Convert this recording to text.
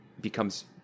becomes